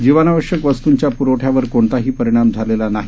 जीवनावश्यकवस्तूंच्याप्रवठ्यावरकोणताहीपरिणामझालेलानाही